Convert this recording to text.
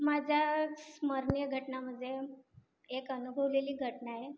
माझ्या स्मरणीय घटनामध्ये एक अनुभवलेली घटना आहे